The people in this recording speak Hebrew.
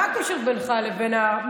מה הקשר בינך לבינם?